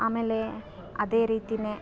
ಆಮೇಲೆ ಅದೇ ರೀತಿ